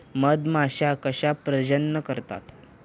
मधमाश्या कशा प्रजनन करतात?